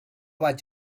vaig